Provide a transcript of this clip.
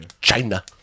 China